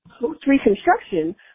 post-reconstruction